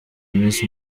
miss